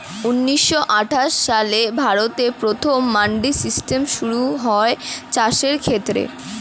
ঊন্নিশো আটাশ সালে ভারতে প্রথম মান্ডি সিস্টেম শুরু হয় চাষের ক্ষেত্রে